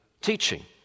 teaching